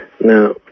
Now